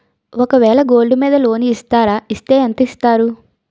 ఒక వేల గోల్డ్ మీద లోన్ ఇస్తారా? ఇస్తే ఎంత ఇస్తారు?